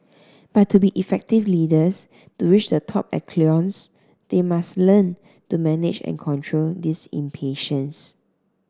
but to be effective leaders to reach the top echelons they must learn to manage and control this impatience